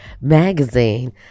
magazine